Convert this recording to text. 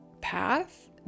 path